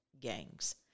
gangs